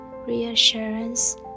Reassurance